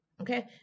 okay